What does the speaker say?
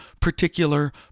particular